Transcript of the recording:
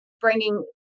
bringing